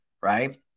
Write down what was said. right